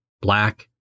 black